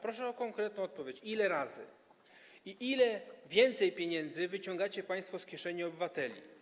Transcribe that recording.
Proszę o konkretną odpowiedź, ile razy i o ile więcej pieniędzy wyciągacie państwo z kieszeni obywateli.